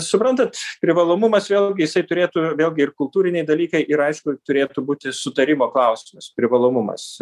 suprantat privalomumas vėlgi jisai turėtų vėlgi ir kultūriniai dalykai ir aišku turėtų būti sutarimo klausimas privalomumas